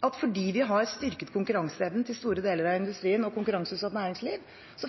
at fordi vi har styrket konkurranseevnen til store deler av industrien og konkurranseutsatt næringsliv,